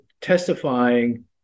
testifying